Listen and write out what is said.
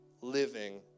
living